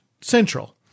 central